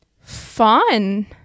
Fun